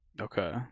Okay